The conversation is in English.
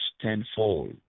tenfold